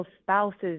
spouse's